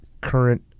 current